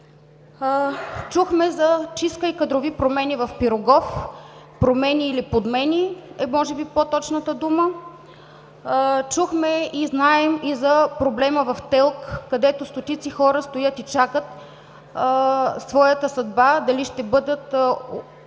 Чухме за чистка и кадрови промени в Пирогов. „Промени“ или „подмени“ е може би по-точната дума. Чухме и знаем и за проблема в ТЕЛК, където стотици хора стоят и чакат своята съдба – дали ще бъдат определени